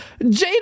Jada